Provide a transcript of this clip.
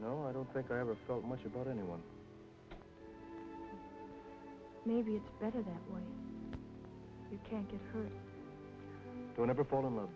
no i don't think i ever thought much about anyone maybe it's better that you can't you were never fall in love